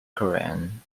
kerrang